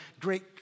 great